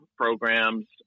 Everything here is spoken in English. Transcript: programs